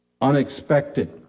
unexpected